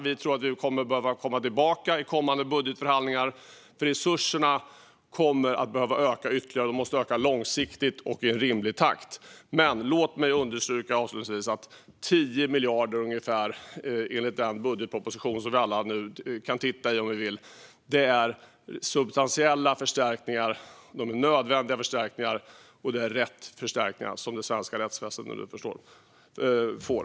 Vi tror att vi kommer att behöva komma tillbaka i kommande budgetförhandlingar. Resurserna kommer att behöva öka ytterligare, långsiktigt och i en rimlig takt. Låt mig avslutningsvis understryka att ungefär 10 miljarder, enligt den budgetproposition som vi alla kan titta i om vi vill, är substantiella förstärkningar som är nödvändiga - det är rätt förstärkningar som det svenska rättsväsendet nu får.